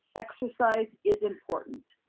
exercise is important.